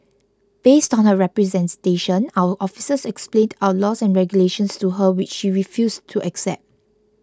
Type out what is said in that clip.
based on her representation our officers explained our laws and regulations to her which she refused to accept